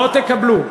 לא תקבלו.